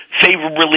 favorably